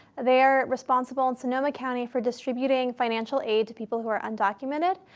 they're responsible in sonoma county for distributing financial aid to people who are undocumented.